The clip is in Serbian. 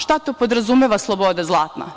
Šta to podrazumeva sloboda zlatna?